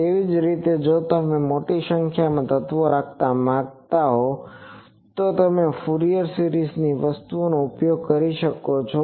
તેવી જ રીતે જો તમે મોટી સંખ્યામાં તત્વો રાખવા માંગતા હો તો તમે ફુરીયર સિરીઝ ની વસ્તુઓનો ઉપયોગ કરી શકો છો